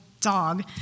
dog